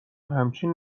همچین